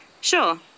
Sure